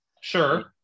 Sure